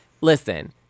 listen